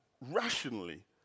rationally